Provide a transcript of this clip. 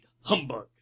Humbug